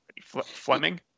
Fleming